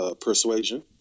persuasion